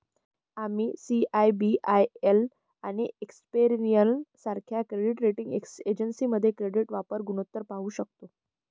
आम्ही सी.आय.बी.आय.एल आणि एक्सपेरियन सारख्या क्रेडिट रेटिंग एजन्सीमध्ये क्रेडिट वापर गुणोत्तर पाहू शकतो